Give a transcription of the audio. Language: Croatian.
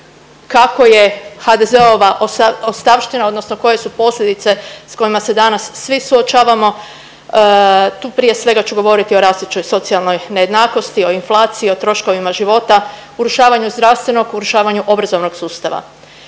kako je HDZ-ova ostavština odnosno koje su posljedice s kojima se danas svi suočavamo, tu prije svega ću govoriti o rastućoj socijalnoj nejednakosti, o inflaciji, o troškovima života, urušavanju zdravstvenog, urušavanju obrazovnog sustava.